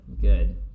Good